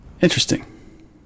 Interesting